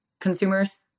consumers